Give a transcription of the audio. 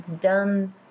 done